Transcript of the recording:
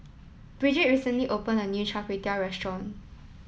Brigid recently opened a new Char Kway Teow Restaurant